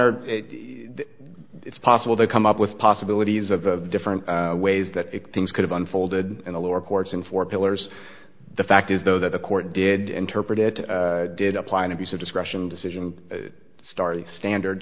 honor it's possible to come up with possibilities of different ways that things could have unfolded in the lower courts in four pillars the fact is though that the court did interpret it did apply an abuse of discretion decision started standard